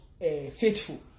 faithful